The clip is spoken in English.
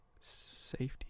safety